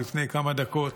לפני כמה דקות,